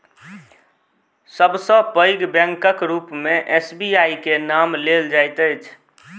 सब सॅ पैघ बैंकक रूप मे एस.बी.आई के नाम लेल जाइत अछि